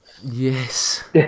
Yes